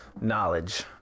knowledge